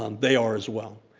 um they are as well.